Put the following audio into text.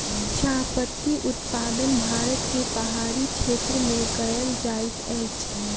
चाह पत्ती उत्पादन भारत के पहाड़ी क्षेत्र में कयल जाइत अछि